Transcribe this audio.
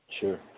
Sure